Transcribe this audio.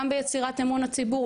גם ביצירת אמון הציבור,